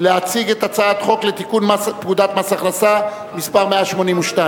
תודה רבה.